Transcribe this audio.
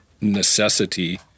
necessity